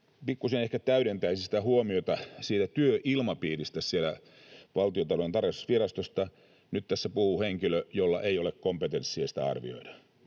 Pikkusen ehkä täydentäisin sitä huomiota työilmapiiristä siellä Valtiontalouden tarkastusvirastossa: Nyt tässä puhuu henkilö, jolla ei ole kompetenssia sitä arvioida.